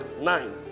nine